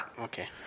okay